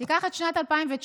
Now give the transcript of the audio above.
תיקח את שנת 2019,